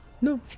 No